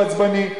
הוא עצבני,